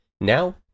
Now